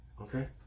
Okay